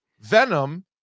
Venom